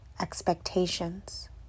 expectations